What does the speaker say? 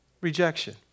Rejection